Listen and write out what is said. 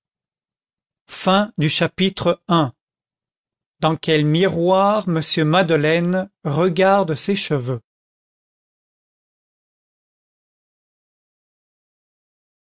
chapitre i dans quel miroir m madeleine regarde ses cheveux